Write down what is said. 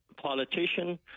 politician